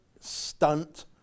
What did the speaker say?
stunt